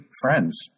friends